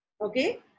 Okay